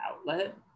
outlet